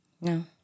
No